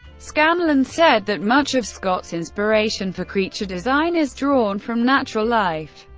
scanlan said that much of scott's inspiration for creature design is drawn from natural life,